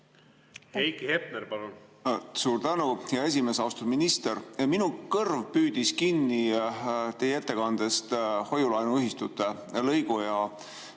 Heiki Hepner, palun! Suur tänu, hea esimees! Austatud minister! Minu kõrv püüdis kinni teie ettekandest hoiu-laenuühistute lõigu ja